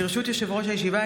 ברשות יושב-ראש הישיבה,